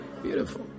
beautiful